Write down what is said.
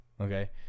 okay